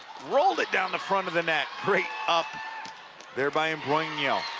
rolled it down the front of the net great up there by imbrogno.